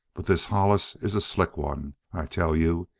but this hollis is a slick one, i tell you.